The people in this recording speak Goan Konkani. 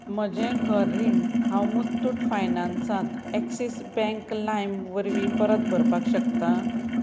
म्हजें घर रीण हांव मुतूट फायनान्सात एक्सीस बँक लायम वरवीं परत भरपाक शकता